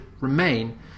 remain